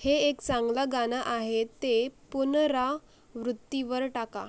हे एक चांगलं गाणं आहे ते पुनरा वृत्तीवर टाका